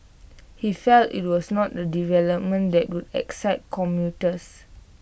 he felt IT was not A development that would excite commuters